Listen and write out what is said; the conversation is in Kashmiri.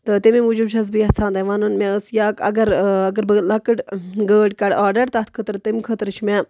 تہٕ تَمے موٗجوٗب چھَس بہٕ یَژھان تۄہہِ وَنُن مےٚ ٲس یا اگر اگر بہٕ لۄکٕٹ گٲڑۍ کَرٕ آرڈَر تَتھ خٲطرٕ تمہِ خٲطرٕ چھِ مےٚ